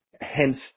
hence